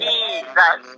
Jesus